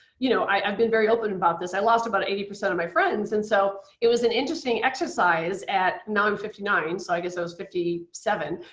you know i've been very open about this, i lost about eighty percent of my friends. and so it was an interesting exercise at now i'm fifty nine, so i guess i was fifty seven,